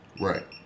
Right